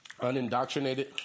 unindoctrinated